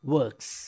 works